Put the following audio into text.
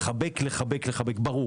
לחבק, לחבק, ברור.